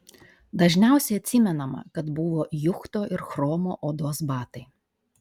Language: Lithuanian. dažniausiai atsimenama kad buvo juchto ir chromo odos batai